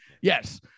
Yes